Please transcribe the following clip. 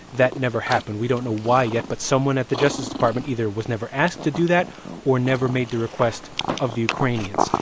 that never happened. we don't know why yet, but someone at the justice department either was never asked to do that or never made the request of the ukrainians.